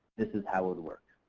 this is how it'd work.